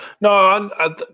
No